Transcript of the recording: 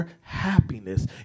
happiness